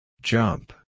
Jump